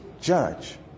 judge